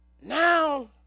Now